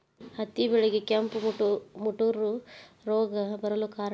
ಹತ್ತಿ ಬೆಳೆಗೆ ಕೆಂಪು ಮುಟೂರು ರೋಗ ಬರಲು ಕಾರಣ?